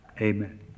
Amen